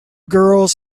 girls